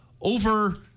over